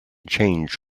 change